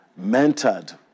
Mentored